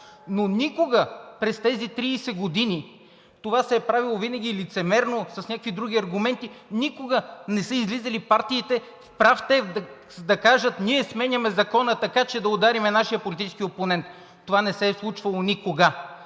Но никога през тези 30 години – това се е правило винаги лицемерно с някакви други аргументи, никога не са излизали партиите в прав текст, за да кажат: „Ние сменяме закона, така че да ударим нашия политически опонент.“ Това не се е случвало никога.